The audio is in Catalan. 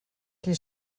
qui